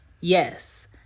Yes